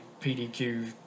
PDQ